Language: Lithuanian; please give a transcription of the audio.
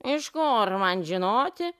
iš kur man žinoti